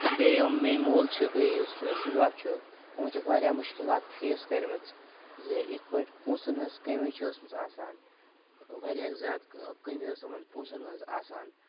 بیٚیہِ یِم میٛٲنۍ مول چھُ بیٚیہِ یُس میٛون بٔڈۍبَب چھُ یِمو چھِ واریاہ مُشکِلات فیس کٔرمٕژ زِ یِتھٕ پٲٹھۍ پۅنٛسَن ہٕنٛز کٔمِی چھِ ٲسمٕژ آسان واریاہ زِیادٕ کٔمی ٲس یِمَن پۅنٛسَن ہٕنٛز آسان